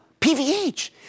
PVH